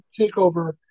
takeover